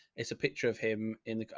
it's a picture of him in the eye.